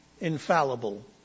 infallible